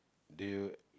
do you